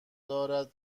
دارد